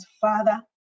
Father